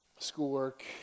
Schoolwork